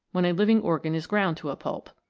when a living organ is ground to a pulp.